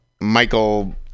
Michael